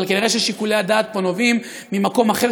אבל כנראה ששיקולי הדעת פה נובעים ממקום אחר,